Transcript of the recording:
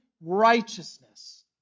righteousness